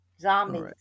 Zombies